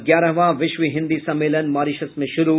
और ग्यारहवां विश्व हिन्दी सम्मेलन मॉरिशस में शुरू